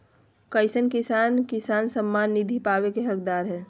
कईसन किसान किसान सम्मान निधि पावे के हकदार हय?